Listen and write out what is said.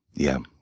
yeah.